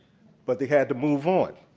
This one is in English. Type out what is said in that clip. but they had to move on.